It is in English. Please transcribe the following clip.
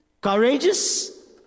courageous